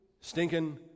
stinking